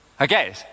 Okay